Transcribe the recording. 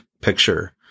picture